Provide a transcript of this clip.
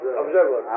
observer